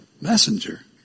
messenger